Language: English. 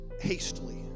hastily